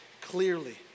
clearly